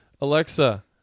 Alexa